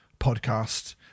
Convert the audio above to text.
podcast